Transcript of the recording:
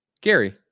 Gary